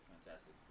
Fantastic